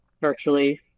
virtually